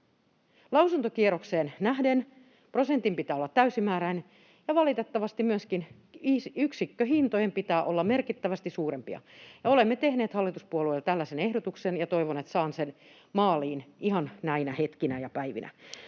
Lausuntokierrokseen nähden prosentin pitää olla täysimääräinen ja valitettavasti myöskin yksikköhintojen pitää olla merkittävästi suurempia. Olemme tehneet hallituspuolueille tällaisen ehdotuksen, ja toivon, että saan sen maaliin ihan näinä hetkinä ja päivinä.